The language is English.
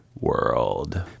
world